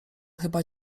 chyba